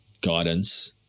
guidance